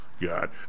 God